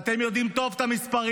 אתם יודעים טוב את המספרים.